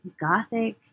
gothic